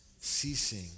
ceasing